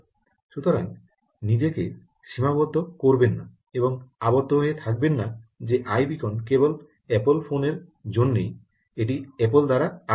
সুতরাং নিজেকে সীমাবদ্ধ করবেন না এবং আবদ্ধ হয়ে থাকবেন না যে আইবোকন কেবল অ্যাপল ফোনের জন্য এটি অ্যাপল দ্বারা আবিষ্কৃত